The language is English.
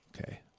Okay